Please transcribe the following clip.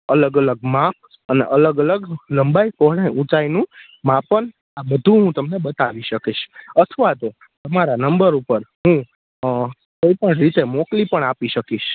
અલગ અલગ માપ અને અલગ અલગ લંબાઈ પહોળાઈ ઊંચાઈનું માપન આ બધુ હું તમને બતાવી શકીશ અથવા તો તમારા નંબર ઉપર હું કોઈપણ રીતે મોકલી પણ આપી શકીશ